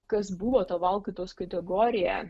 kas buvo ta valkatos kategorija